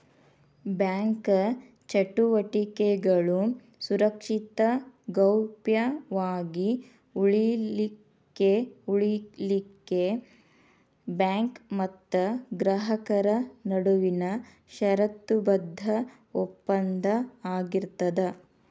bank ಚಟುವಟಿಕೆಗಳು ಸುರಕ್ಷಿತ ಗೌಪ್ಯ ವಾಗಿ ಉಳಿಲಿಖೆಉಳಿಲಿಕ್ಕೆ ಬ್ಯಾಂಕ್ ಮತ್ತ ಗ್ರಾಹಕರ ನಡುವಿನ ಷರತ್ತುಬದ್ಧ ಒಪ್ಪಂದ ಆಗಿರ್ತದ